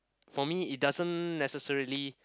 for me it doesn't necessarily